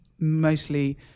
mostly